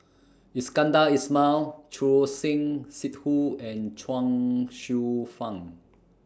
Iskandar Ismail Choor Singh Sidhu and Chuang Hsueh Fang